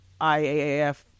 IAAF